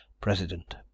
President